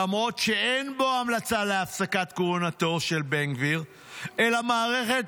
למרות שאין בו המלצה להפסקת כהונתו של בן גביר אלא מערכת